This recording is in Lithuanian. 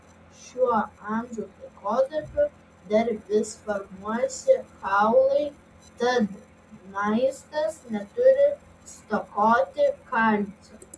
šiuo amžiaus laikotarpiu dar vis formuojasi kaulai tad maistas neturi stokoti kalcio